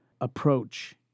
approach